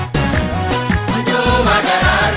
oh my god